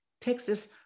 Texas